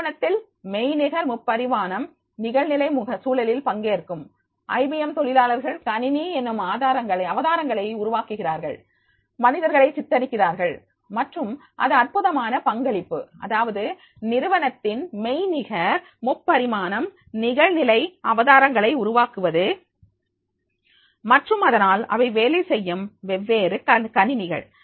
நிறுவனத்தில் மெய்நிகர் முப்பரிமாணம் நிகழ்நிலை சூழலில் பங்கேற்கும் ஐபிஎம் தொழிலாளர்கள் கணினி என்னும் அவதாரங்களை உருவாக்குகிறார்கள் மனிதர்களை சித்தரிக்கிறார்கள் மற்றும் இது அற்புதமான பங்களிப்பு அதாவது நிறுவனத்தின் மெய்நிகர் முப்பரிமாணம் நிகழ்நிலை அவதாரங்களை உருவாக்குவது மற்றும் அதனால் அவை வேலை செய்யும் வெவ்வேறு கணனிகள்